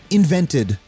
invented